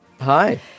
Hi